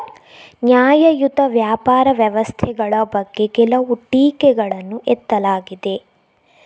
ನ್ಯಾಯಯುತ ವ್ಯಾಪಾರ ವ್ಯವಸ್ಥೆಗಳ ಬಗ್ಗೆ ಕೆಲವು ಟೀಕೆಗಳನ್ನು ಎತ್ತಲಾಗಿದೆ